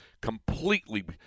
completely